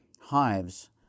hives